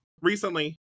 recently